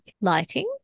lighting